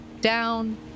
down